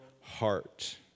heart